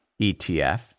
ETF